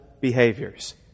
behaviors